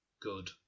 good